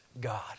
God